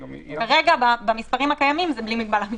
כרגע, במספרים הקיימים, זה בלי מגבלה.